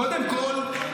--- קודם כול,